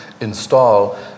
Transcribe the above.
install